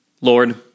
Lord